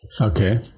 Okay